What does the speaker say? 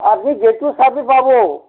আপুনি গেটটোৰ চাবি পাব